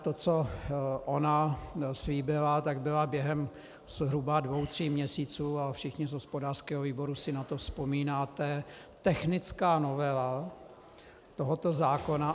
To, co ona slíbila, byla během zhruba dvou tří měsíců, a všichni z hospodářského výboru si na to vzpomínáte, technická novela tohoto zákona.